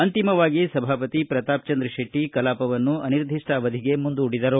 ಅಂತಿಮವಾಗಿ ಸಭಾಪತಿ ಪ್ರತಾಪ್ಚಂದ್ರ ಶೆಟ್ಟ ಕಲಾಪವನ್ನು ಅನಿರ್ದಿಷ್ಟಾವಧಿಗೆ ಮುಂದೂಡಿದರು